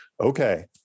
okay